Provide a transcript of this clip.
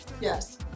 yes